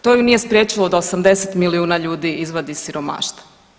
To ju nije spriječilo da 80 milijuna ljudi izvadi iz siromaštva.